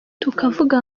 tukavuga